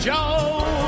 Joe